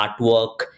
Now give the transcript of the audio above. artwork